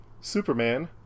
Superman